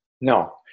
no